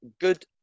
good